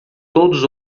todos